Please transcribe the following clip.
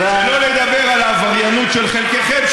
שלא לדבר על העבריינות של חלקכם,